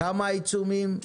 כמה עיצומים,